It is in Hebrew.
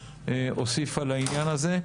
הוסיפה לעניין הזה.